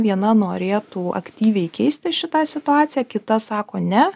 viena norėtų aktyviai keisti šitą situaciją kita sako ne